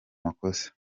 makosa